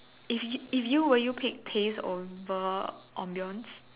if you if you will you pick taste over ambiance